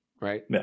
right